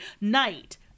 night